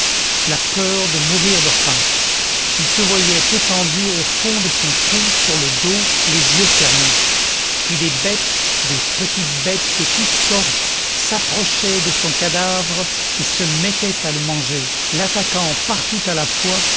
la peur de mourir de faim il se voyait étendu au fond de son trou sur le dos les yeux fermés puis des bêtes des petites bêtes de toute sorte s'approchaient de son cadavre et se mettaient à le manger l'attaquant partout à la fois